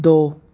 ਦੋ